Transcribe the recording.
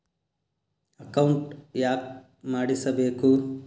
Account ಯಾಕ್ ಮಾಡಿಸಬೇಕು?